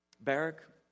Barak